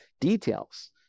details